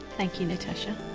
thank you, natasha.